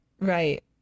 right